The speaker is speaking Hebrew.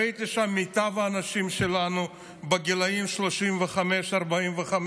ראיתי שם את מיטב האנשים שלנו בגילים 35 45,